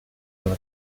una